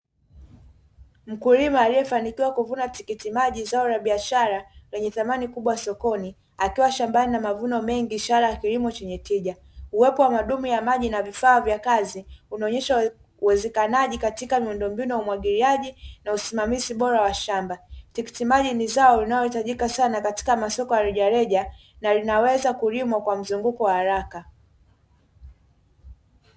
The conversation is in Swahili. Mkulima aliefanikiwa kuvuna tikiti maji zao la biashara lenye thamani kubwa sokoni, akiwa shambani na mazao mengi ishara ya kilimo chenye tija, uwepo wa madumu ya maji na vifaa vya kazi unaonesha uwezekanaji katika miundombinu ya umwagiliaji na usimamizi bora wa shamba, tikiti maji ni zao linalohitajika sana katika masoko ya rejareja na linaweza kulimwa kwa mzunguko haraka.